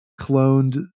cloned